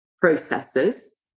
processes